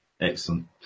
Excellent